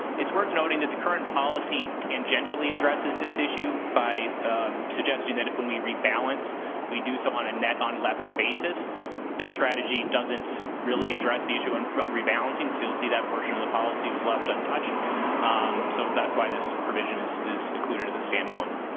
it's worth noting that the current policy tangentially addresses this issue by suggesting that when we rebalance we do so on a net on levered basis this strategy doesn't really address the issue of rebalancing so you'll see that portion of the policy was left untouched so that's why this provision is is included as a standalone